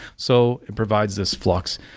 so it provides this flux.